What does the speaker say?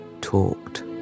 talked